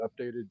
updated